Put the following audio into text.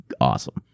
awesome